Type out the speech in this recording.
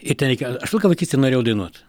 ir ten reikėjo aš visą laiką vaikystėj norėjau dainuot